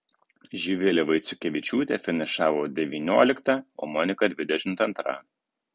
živilė vaiciukevičiūtė finišavo devyniolikta o monika dvidešimt antra